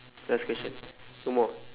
last question no more